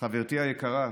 חברתי היקרה,